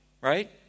right